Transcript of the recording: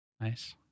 Nice